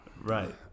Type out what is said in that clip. Right